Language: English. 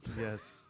Yes